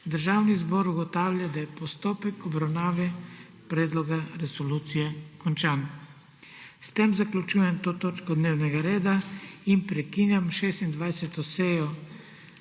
Državni zbor ugotavlja, da je postopek obravnave predloga resolucije končan. S tem zaključujem to točko dnevnega reda in prekinjam 26. sejo